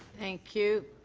thank you.